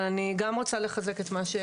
אבל אני גם רוצה לחזק את מה ש,